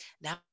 now